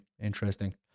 interesting